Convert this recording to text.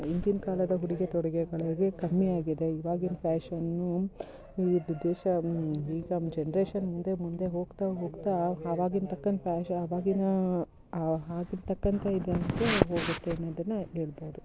ಹಿಂದಿನ ಕಾಲದ ಉಡುಗೆ ತೊಡುಗೆಗಳಿಗೆ ಕಮ್ಮಿ ಆಗಿದೆ ಇವಾಗಿನ ಫ್ಯಾಶನ್ನು ವಿದೇಶ ಈಗ ಜನ್ರೇಷನ್ ಮುಂದೆ ಮುಂದೆ ಹೋಗ್ತಾ ಹೋಗ್ತಾ ಅವಾಗಿನ ತಕ್ಕಂಗೆ ಫ್ಯಾಶ ಅವಾಗಿನ ಆಗಿನ್ ತಕ್ಕಂತೆ ಇದೆ ಹೋಗುತ್ತೆ ಅನ್ನೋದನ್ನು ಹೇಳ್ಬೋದು